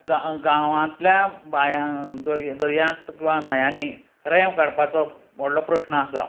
गांवां गांवांतल्या बांयां दर्यांत किंवां न्हंयांनी रेंव काडपाचो व्हडलो प्रस्न आसा